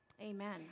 Amen